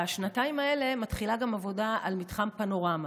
בשנתיים האלה מתחילה גם עבודה על מתחם פנורמה,